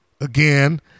again